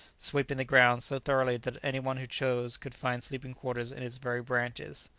sweeping the ground so thoroughly that any one who chose could find sleeping-quarters in its very branches.